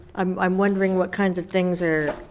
i'm i'm wondering what kinds of things are